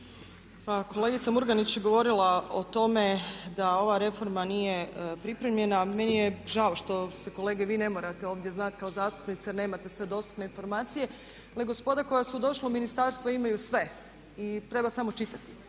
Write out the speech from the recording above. Pa kolegica Murganić je govorila o tome da ova reforma nije pripremljena, meni je žao što se, kolegi vi ne morate ovdje znati kao zastupnici jer nemate sve dostupne informacije, ali gospoda koja su došla u ministarstvo imaju sve i treba samo čitati.